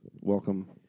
welcome